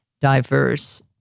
diverse